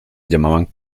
llamaban